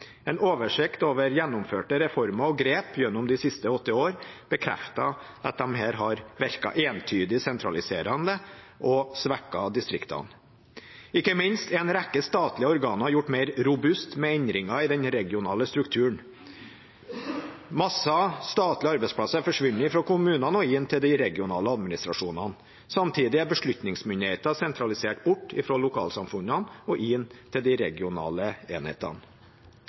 En oversikt over gjennomførte reformer og grep gjennom de siste åtte år bekrefter at disse har virket entydig sentraliserende og har svekket distriktene. Ikke minst er en rekke statlige organer gjort mer robuste med endringer i den regionale strukturen. Mange statlige arbeidsplasser har forsvunnet fra kommunene og inn til de regionale administrasjonene. Samtidig er beslutningsmyndigheten sentralisert bort fra lokalsamfunnene og inn til de regionale enhetene.